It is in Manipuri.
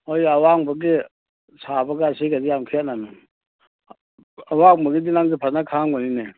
ꯍꯣꯏ ꯑꯋꯥꯡꯕꯒꯤ ꯁꯥꯕꯒ ꯑꯁꯤꯒꯗꯤ ꯌꯥꯝ ꯈꯦꯅꯅꯤ ꯑꯋꯥꯡꯒꯤꯗꯤ ꯅꯪꯁꯨ ꯐꯖꯅ ꯈꯪꯉꯝꯒꯅꯤꯅꯦ